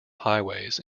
highways